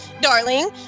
darling